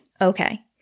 Okay